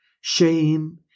shame